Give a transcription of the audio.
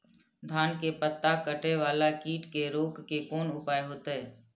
धान के पत्ता कटे वाला कीट के रोक के कोन उपाय होते?